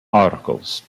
articles